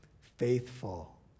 faithful